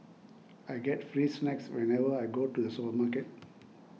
I get free snacks whenever I go to the supermarket